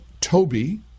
Toby